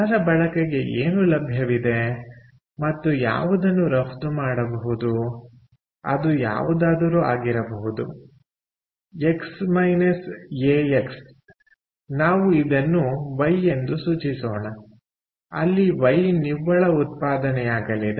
ಜನರ ಬಳಕೆಗೆ ಏನು ಲಭ್ಯವಿದೆ ಮತ್ತು ಯಾವುದನ್ನು ರಫ್ತು ಮಾಡಬಹುದು ಅದು ಯಾವುದಾದರೂ ಆಗಿರಬಹುದು ಎಕ್ಸ್ ಎ ಎಕ್ಸ್ ನಾವು ಇದನ್ನು ವೈ ಎಂದು ಸೂಚಿಸೋಣ ಅಲ್ಲಿ ವೈ ನಿವ್ವಳ ಉತ್ಪಾದನೆಯಾಗಲಿದೆ